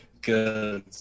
good